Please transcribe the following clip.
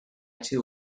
too